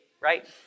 right